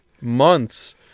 months